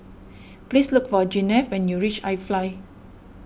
please look for Gwyneth when you reach iFly